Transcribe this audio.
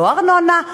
לא ארנונה,